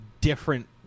different